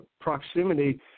proximity